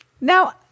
Now